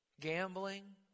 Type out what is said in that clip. Gambling